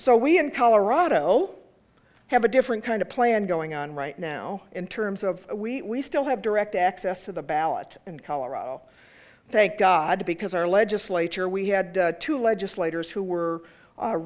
so we in colorado have a different kind of plan going on right now in terms of we still have direct access to the ballot in colorado thank god because our legislature we had to legislators who were